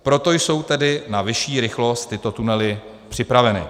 Proto jsou tedy na vyšší rychlost tyto tunely připraveny.